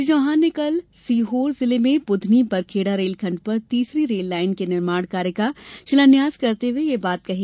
श्री चौहान ने कल सीहोर जिले में बुधनी बरखेड़ा रेल खण्ड पर तीसरी रेल लाइन के निर्माण कार्य का शिलान्यास करते हुए यह बात कही